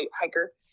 hiker